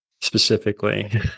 specifically